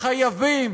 חייבים,